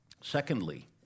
Secondly